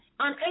On